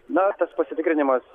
na tas pasitikrinimas